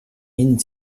min